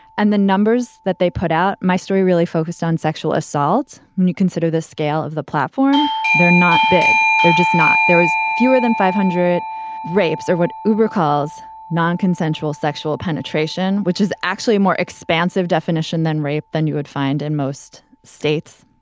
and the numbers that they put out, my story really focused on sexual assault. when you consider the scale of the platform, they're not big. they're just not. there is fewer than five hundred rapes are what uber calls non-consensual sexual penetration, which is actually a more expansive definition than rape than you would find in most states.